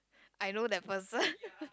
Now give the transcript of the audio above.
I know that person